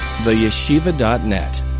TheYeshiva.net